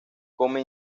come